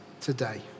today